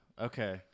Okay